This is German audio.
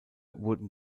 wurden